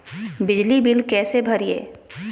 बिजली बिल कैसे भरिए?